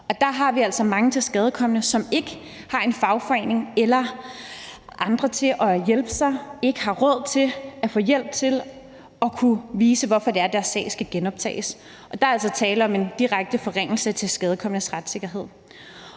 der har vi altså mange tilskadekomne, som ikke har en fagforening eller andre til at hjælpe sig, som ikke har råd til at få hjælp til at kunne vise, hvorfor det er sådan, at deres sag skal genoptages. Der er altså tale om en direkte forringelse af tilskadekomnes retssikkerhed.